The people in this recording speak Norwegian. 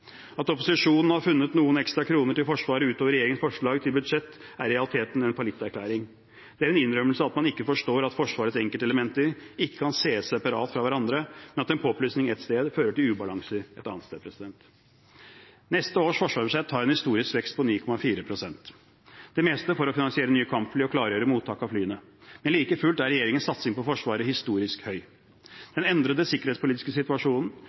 At opposisjonen har funnet noen ekstra kroner til Forsvaret utover regjeringens forslag til budsjett, er i realiteten en fallitterklæring. Det er en innrømmelse av at man ikke forstår at Forsvarets enkeltelementer ikke kan ses separat fra hverandre, men at en påplussing ett sted fører til ubalanser et annet sted. Neste års forsvarsbudsjett har en historisk vekst på 9,4 pst. – det meste for å finansiere nye kampfly og klargjøre mottak av flyene, men like fullt er regjeringens satsing på Forsvaret historisk høy. Den endrede sikkerhetspolitiske situasjonen